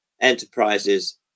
enterprises